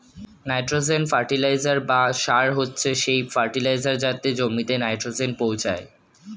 nitrogen fertiliser বা সার হচ্ছে সেই ফার্টিলাইজার যাতে জমিতে নাইট্রোজেন পৌঁছায়